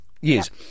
yes